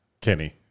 Kenny